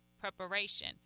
preparation